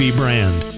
brand